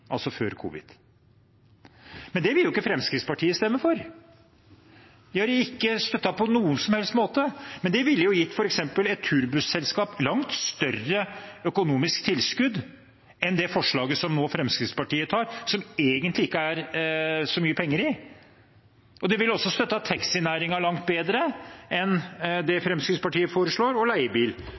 altså før covid. Men det vil ikke Fremskrittspartiet stemme for. Det har de ikke støttet på noen som helst måte. Men det ville gitt f.eks. et turbusselskap langt større økonomisk tilskudd enn det forslaget som Fremskrittspartiet nå har, som det egentlig ikke er så mye penger i. Det ville også støttet taxinæringen langt bedre enn det Fremskrittspartiet foreslår, og